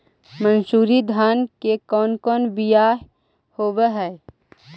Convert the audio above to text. मनसूरी धान के कौन कौन बियाह होव हैं?